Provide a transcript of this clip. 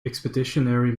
expeditionary